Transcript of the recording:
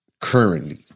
currently